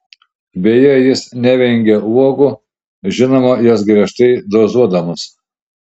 beje jis nevengia uogų žinoma jas griežtai dozuodamas